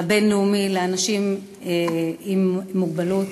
היום הבין-לאומי לאנשים עם מוגבלות.